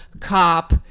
cop